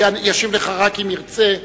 הוא ישיב לך רק אם ירצה.